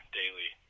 daily